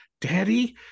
daddy